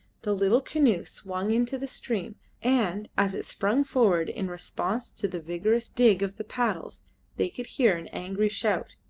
the little canoe swung into the stream, and as it sprung forward in response to the vigorous dig of the paddles they could hear an angry shout.